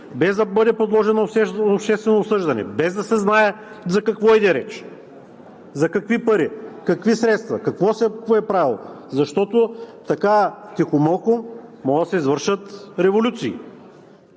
без да бъде подложено на обществено обсъждане, без да се знае за какво иде реч – за какви пари, какви средства, какво се е правило, защото така, тихомълком може да се извършат революции?